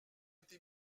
été